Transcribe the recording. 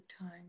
time